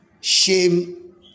shame